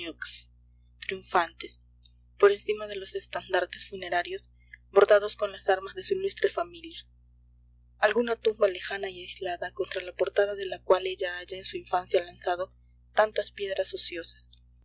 triunfantes por encima de los estandartes funerarios bordados con las armas de su ilustre familia alguna tumba lejana y aislada contra la portada de la cual ella haya en su infancia lanzado tantas piedras ociosas